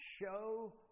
show